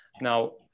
Now